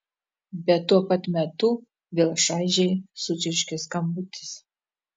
bet tuo pat metu vėl šaižiai sučirškė skambutis